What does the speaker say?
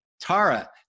Tara